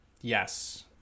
yes